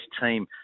team